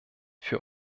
für